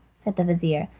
said the vizir,